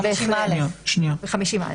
ל-49,